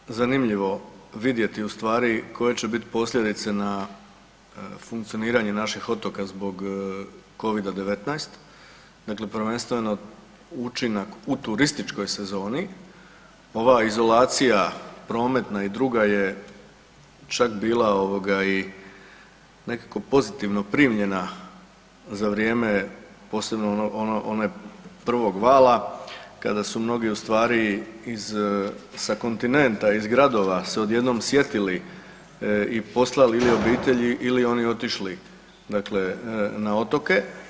Bit će zanimljivo vidjeti ustvari koje će biti posljedice na funkcioniranje naših otoka zbog covida-19, dakle prvenstveno učinak u turističkoj sezoni, ova izolacija prometna i druga je čak bila i nekako pozitivno primljena za vrijeme posebno onog prvog vala kada su mnogi ustvari sa kontinenta iz gradova se odjednom sjetili i poslali ili obitelji ili oni otišli na otoke.